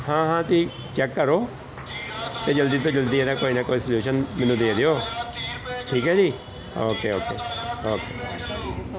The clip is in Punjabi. ਹਾਂ ਹਾਂ ਤੁਸੀਂ ਚੈੱਕ ਕਰੋ ਅਤੇ ਜਲਦੀ ਤੋਂ ਜਲਦੀ ਇਹਦਾ ਕੋਈ ਨਾ ਕੋਈ ਸਲਿਊਸ਼ਨ ਮੈਨੂੰ ਦੇ ਦਿਓ ਠੀਕ ਹੈ ਜੀ ਓਕੇ ਓਕੇ ਓਕੇ